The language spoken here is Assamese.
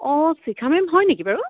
অঁ শিখা মেম হয় নেকি বাৰু